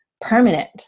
permanent